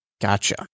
Gotcha